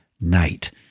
night